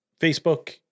facebook